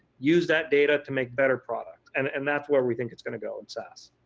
use that data to make better product, and and that's where we think it's going to go in saas.